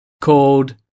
called